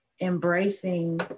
embracing